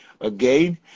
again